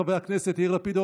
חברי הכנסת יאיר לפיד,